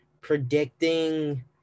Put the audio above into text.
predicting